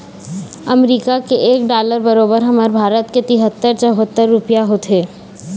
अमरीका के एक डॉलर बरोबर हमर भारत के तिहत्तर चउहत्तर रूपइया होथे